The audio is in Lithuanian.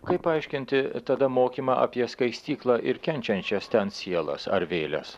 kaip paaiškinti tada mokymą apie skaistyklą ir kenčiančias ten sielas ar vėles